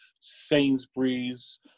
Sainsbury's